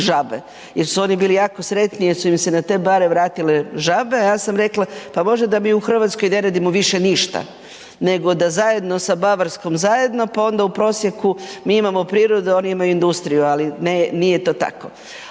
Jer su oni bili jako sretni jer su im se na te bare vratile žabe, ja sam rekla, pa možda da mi u Hrvatskoj ne radimo više ništa nego da zajedno sa Bavarskom zajedno pa onda u prosjeku mi imamo prirode, oni imaju industriju, ali ne, nije to tako.